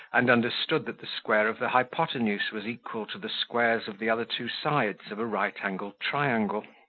and understood that the square of the hypotenuse was equal to the squares of the other two sides of a right-angled triangle.